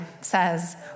says